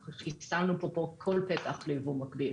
אנחנו סגרנו פה כל פתח ליבוא מקביל.